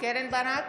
קרן ברק,